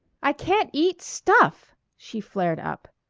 i can't eat stuff! she flared up.